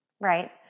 Right